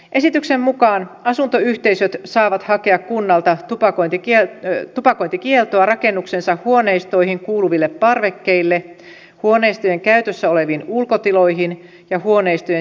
esityksen mukaan asuntoyhteisöt saavat hakea kunnalta tupakointikieltoa rakennuksensa huoneistoihin kuuluville parvekkeille huoneistojen käytössä oleviin ulkotiloihin ja huoneistojen sisätiloihin